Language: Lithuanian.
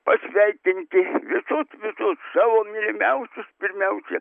pasveikinti visus visus savo mylimiausius pirmiausia